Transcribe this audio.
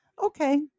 Okay